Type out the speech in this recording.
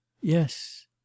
yes